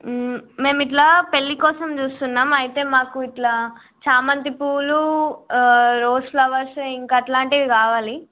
మేము ఇట్లా పెళ్ళి కోసం చూస్తున్నాం అయితే మాకు ఇట్లా చామంతి పూలు రోజ్ ఫ్లవర్స్ ఇంక అట్లాంటివి కావాలి